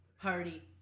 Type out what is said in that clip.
party